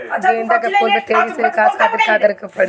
गेंदा के फूल में तेजी से विकास खातिर का करे के पड़ी?